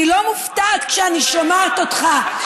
אני לא מופתעת כשאני שומעת אותך.